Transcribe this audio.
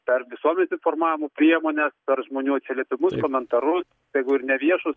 per visuomenės informavimo priemones per žmonių atsiliepimus komentarus tegu ir neviešus